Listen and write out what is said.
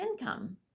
income